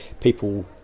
people